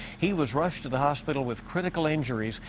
he was rushed to the hospital with critical injuries.